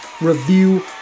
Review